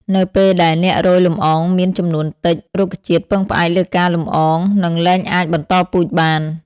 នៅពេលដែលអ្នករោយលំអងមានចំនួនតិច រុក្ខជាតិពឹងផ្អែកលើការលំអងនឹងលែងអាចបន្តពូជបាន។